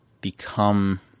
become –